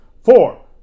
Four